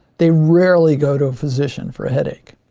they rarely go to a physician for a headache.